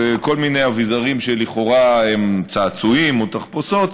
כל מיני אביזרים שלכאורה הם צעצועים או תחפושות,